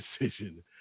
decision